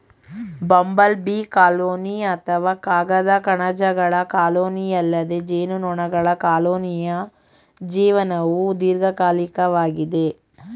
bumble bee colony ಅಥವಾ ಕಾಗದ ಕಣಜಗಳ ಕಾಲೋನಿಯಲ್ಲದೆ ಜೇನುನೊಣಗಳ ಕಾಲೋನಿಯ ಜೀವನವು ದೀರ್ಘಕಾಲಿಕವಾಗಿದೆ